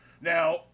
Now